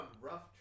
Rough